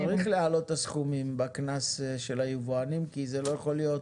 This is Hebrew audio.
צריך להעלות את הסכומים בקנס של היבואנים כי זה לא יכול להיות